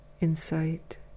insight